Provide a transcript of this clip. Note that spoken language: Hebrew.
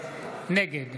נגד